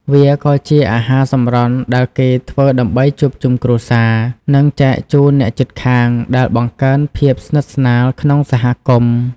វាក៏ជាអាហារសម្រន់ដែលគេធ្វើដើម្បីជួបជុំគ្រួសារ និងចែកជូនអ្នកជិតខាង ដែលបង្កើនភាពស្និទ្ធស្នាលក្នុងសហគមន៍។